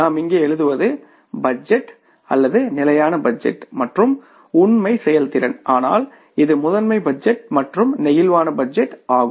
நாம் இங்கே எழுதுவது பட்ஜெட் அல்லது ஸ்டாடிக் பட்ஜெட் மற்றும் உண்மையான செயல்திறன் ஆனால் இது மாஸ்டர் பட்ஜெட் மற்றும் பிளேக்சிபிள் பட்ஜெட் ஆகும்